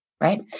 Right